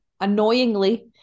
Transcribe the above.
annoyingly